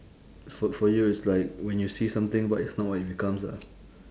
fo~ for you is like when you see something what is not what it becomes lah